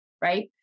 Right